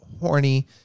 horny